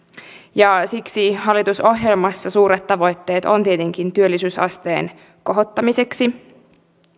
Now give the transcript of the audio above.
ja siksi hallitusohjelmassa suuret tavoitteet ovat tietenkin työllisyysasteen kohottamiseksi